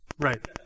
Right